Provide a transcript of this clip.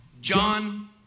John